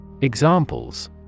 Examples